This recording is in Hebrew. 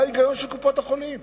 זה ההיגיון של קופות-החולים.